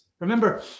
Remember